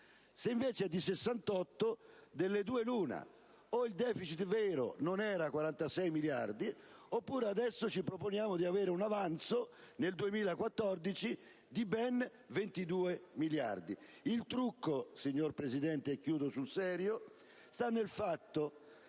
Se invece è di 68, delle due l'una: o il deficit vero non era 46 miliardi, oppure adesso ci proponiamo di avere un avanzo nel 2014 di ben 22 miliardi. Il trucco, signor Presidente (e chiudo sul serio), sta nel fatto